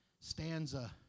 stanza